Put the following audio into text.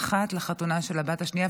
אחת לחתונה של הבת השנייה.